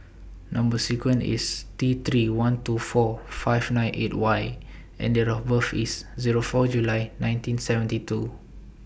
Number sequence IS T three one two four five nine eight Y and Date of birth IS Zero four July nineteen seventy two